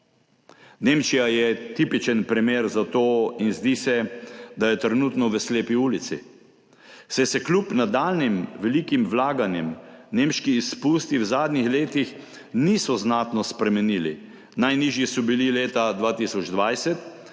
Nemčija je tipičen primer za to in zdi se, da je trenutno v slepi ulici, saj se kljub nadaljnjim velikim vlaganjem nemški izpusti v zadnjih letih niso znatno spremenili. Najnižji so bili leta 2020